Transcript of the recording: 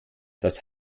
das